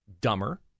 dumber